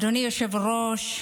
אדוני היושב-ראש,